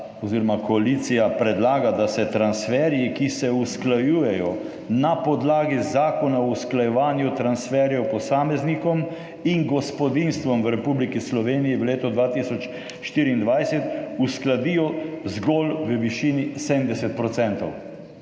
koalicija predlaga, da se transferji, ki se usklajujejo na podlagi Zakona o usklajevanju transferjev posameznikom in gospodinjstvom v Republiki Sloveniji, v letu 2024 uskladijo zgolj v višini 70 %.